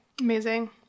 Amazing